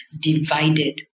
divided